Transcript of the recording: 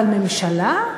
אבל ממשלה?